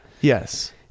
yes